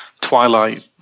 twilight